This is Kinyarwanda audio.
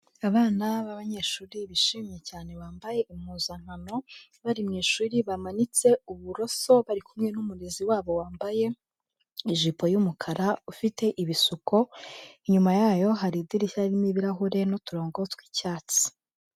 Abana b'abanyeshuri bishimye cyane bambaye impuzankano bari mu ishuri bamanitse uburoso bari kumwe n'umurezi wa bo wambaye ijipo y'umukara ufite ibisuko, inyuma yayo hari idirishya ririmo ibirahure n'uturongo tw'icyatsi.